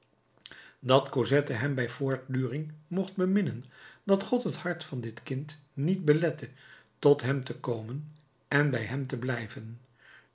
dat cosette hem bij voortduring mocht beminnen dat god het hart van dit kind niet belette tot hem te komen en bij hem te blijven